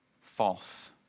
false